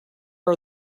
are